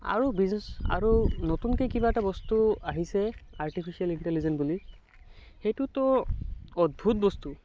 আৰু নতুনকে কিবা এটা বস্তু আহিছে আৰ্টিফিচিয়েন ইণ্টেলিজেণ্ট বুলি সেইটোতো অদ্ভোদ বস্তু